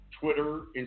Twitter